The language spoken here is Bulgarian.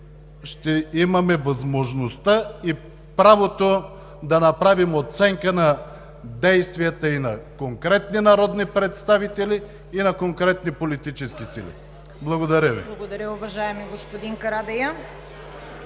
ще имаме възможността и правото да направим оценка на действията и на конкретни народни представители, и на конкретни политически сили. Благодаря Ви. ПРЕДСЕДАТЕЛ ЦВЕТА КАРАЯНЧЕВА: Благодаря, уважаеми господин Карадайъ.